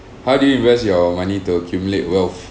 how do you invest your money to accumulate wealth